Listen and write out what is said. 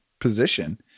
position